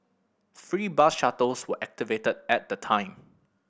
free bus shuttles were activated at the time